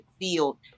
field